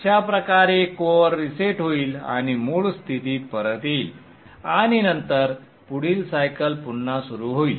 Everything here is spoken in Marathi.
अशा प्रकारे कोअर रीसेट होईल आणि मूळ स्थितीत परत येईल आणि नंतर पुढील सायकल पुन्हा सुरू होईल